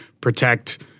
protect